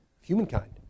humankind